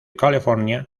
california